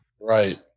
right